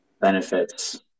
benefits